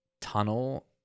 tunnel